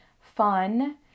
fun